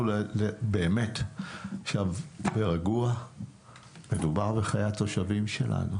עכשיו אני אומר ברגוע שמדובר בחיי התושבים שלנו.